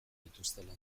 dituztela